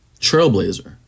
trailblazer